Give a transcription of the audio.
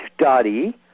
study